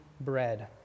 bread